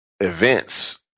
Events